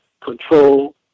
control